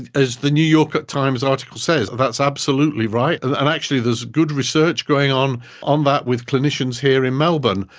as the new york times article says, that's absolutely right, and actually there's good research going on on that with clinicians here in melbourne.